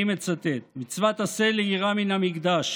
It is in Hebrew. אני מצטט: "מצוות עשה ליראה מן המקדש,